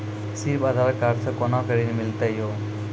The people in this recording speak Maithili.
सिर्फ आधार कार्ड से कोना के ऋण मिलते यो?